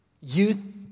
Youth